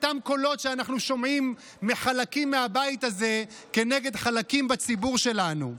אותם קולות שאנחנו שומעים מחלקים מהבית הזה כנגד חלקים בציבור שלנו.